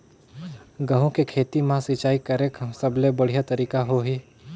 गंहू के खेती मां सिंचाई करेके सबले बढ़िया तरीका होही?